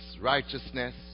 righteousness